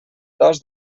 dos